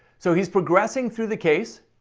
so he's progressing through the case,